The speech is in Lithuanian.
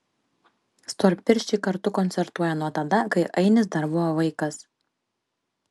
storpirščiai kartu koncertuoja nuo tada kai ainis dar buvo vaikas